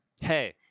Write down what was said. Hey